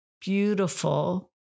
beautiful